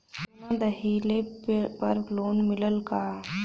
सोना दहिले पर लोन मिलल का?